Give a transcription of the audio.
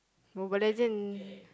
Mobile-Legend